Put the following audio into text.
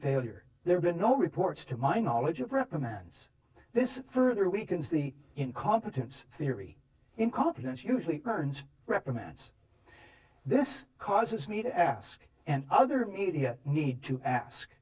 failure there's been no reports to my knowledge of reprimands this further weakens the incompetence theory incompetence usually turns reprimands this causes me to ask and other media need to ask